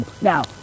Now